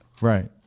right